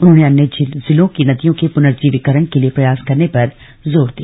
उन्होंने अन्य जिलों की नदियों के पुनर्जीवीकरण के लिए प्रयास करने पर जोर दिया